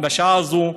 בשעה הזאת,